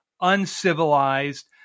uncivilized